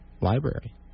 library